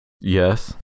Yes